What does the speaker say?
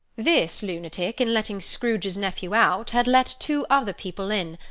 this lunatic, in letting scrooge's nephew out, had let two other people in.